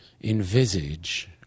envisage